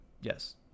Yes